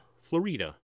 Florida